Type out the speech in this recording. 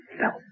felt